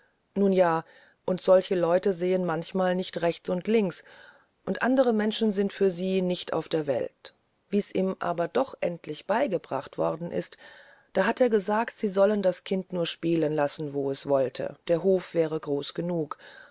nun ja und solche leute sehen manchmal nicht rechts und nicht links und andere menschen sind für sie nicht auf der welt wie's ihm aber doch endlich beigebracht worden ist da hat er gesagt sie sollten das kind nur spielen lassen wo es wollte der hof wär groß genug